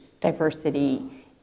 diversity